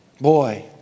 Boy